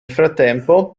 frattempo